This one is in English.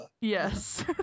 Yes